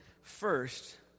first